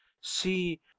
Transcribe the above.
see